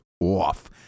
OFF